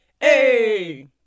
Hey